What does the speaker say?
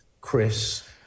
Chris